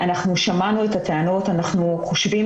לאחר שנוכל לקבל גם את ההלוואה ונוכל להחזיר את הכסף שאנחנו חייבים